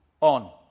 on